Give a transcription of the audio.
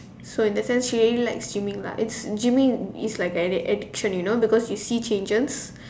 so in a sense she really likes gyming lah it's gyming is like an addiction you know because you see changes